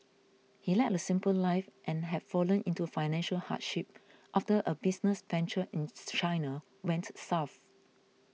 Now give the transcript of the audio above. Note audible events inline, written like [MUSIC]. he led a simple life and have fallen into financial hardship after a business venture in [NOISE] China went south